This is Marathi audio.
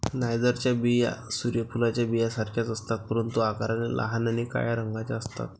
नायजरच्या बिया सूर्य फुलाच्या बियांसारख्याच असतात, परंतु आकाराने लहान आणि काळ्या रंगाच्या असतात